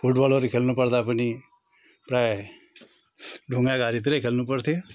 फुटबलहरू खेल्नु पर्दा पनि प्रायः ढुङ्गा घारीतिरै खेल्नु पर्थ्यो